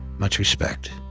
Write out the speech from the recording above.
much respect.